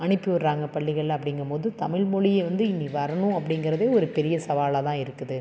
அனுப்பிவிட்றாங்க பள்ளிகளில் அப்படிங்கம் போது தமிழ்மொழியை வந்து இனி வரணும் அப்படிங்கிறதே ஒரு பெரிய சவாலாக தான் இருக்குது